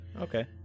Okay